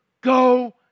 go